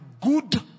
good